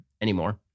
anymore